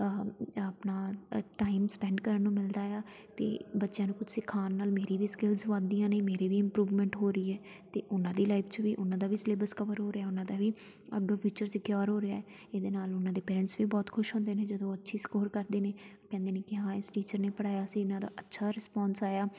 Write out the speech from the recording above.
ਆਪਣਾ time spend ਕਰਨ ਨੂੰ ਮਿਲਦਾ ਹੈ ਅਤੇ ਬੱਚਿਆਂ ਨੂੰ ਕੁਛ ਸਿਖਾਉਣ ਨਾਲ ਮੇਰੀ ਵੀ ਸਕਿੱਲਸ ਵੱਧਦੀਆਂ ਨੇ ਮੇਰੇ ਵੀ ਇਮਪਰੂਵਮੈਂਟ ਹੋ ਰਹੀ ਹੈ ਅਤੇ ਉਨ੍ਹਾਂ ਦੀ ਲਾਈਫ਼ 'ਚ ਉਨ੍ਹਾਂ ਦਾ ਵੀ ਸਿਲੇਬਸ ਕਵਰ ਹੋ ਰਿਹਾ ਉਨ੍ਹਾਂ ਦਾ ਵੀ ਅੱਗੋਂ ਫਿਊਚਰ ਸਕਿਓਰ ਹੋ ਰਿਹਾ ਇਹਦੇ ਨਾਲ ਉਨ੍ਹਾਂ ਦੇ ਪੇਰੈਂਟਸ ਵੀ ਬਹੁਤ ਖੁਸ਼ ਹੁੰਦੇ ਨੇ ਜਦੋਂ ਅੱਛੇ ਸਕੋਰ ਕਰਦੇ ਨੇ ਕਹਿੰਦੇ ਨੇ ਕਿ ਹਾਂ ਇਸ ਟੀਚਰ ਨੇ ਪੜ੍ਹਾਇਆ ਸੀ ਇਨ੍ਹਾਂ ਦਾ ਅੱਛਾ ਰਿਸਪੋਨਸ ਆਇਆ